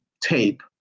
Tape